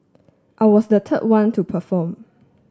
I was the third one to perform